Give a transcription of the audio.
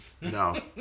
No